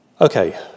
Okay